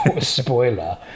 spoiler